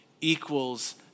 equals